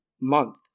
month